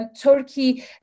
Turkey